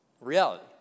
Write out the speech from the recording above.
reality